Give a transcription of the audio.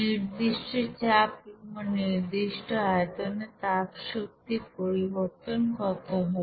নির্দিষ্ট চাপ এবং নির্দিষ্ট আয়তনে তাপ শক্তির পরিবর্তন কত হবে